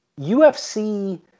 UFC